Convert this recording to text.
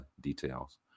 details